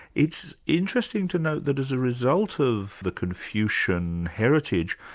it's interesting to note that as a result of the confucian heritage,